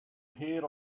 here